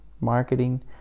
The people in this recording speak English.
marketing